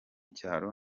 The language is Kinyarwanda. cyaro